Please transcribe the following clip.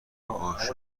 عاشق